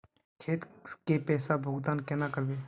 खेत के पैसा भुगतान केना करबे?